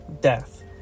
death